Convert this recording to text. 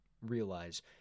realize